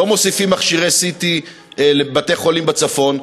לא מוסיפים מכשירי CT לבתי-חולים בצפון,